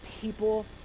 people